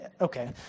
Okay